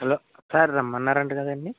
hello sir రమ్మన్నారంట కదండీ